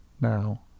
Now